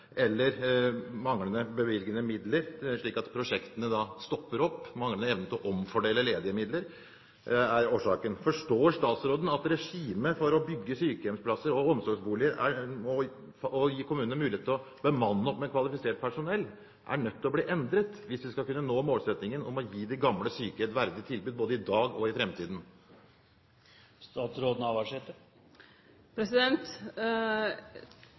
manglende bevilgede midler slik at prosjektene stopper opp, eller at det er en manglende evne til å omfordele ledige midler som er årsaken? Forstår statsråden at regimet for å bygge sykehjemsplasser og omsorgsboliger – gi kommunene mulighet til å bemanne opp med kvalifisert personell – er nødt til å bli endret, hvis vi skal kunne nå målsettingen om å gi de gamle og syke et verdig tilbud, både i dag og i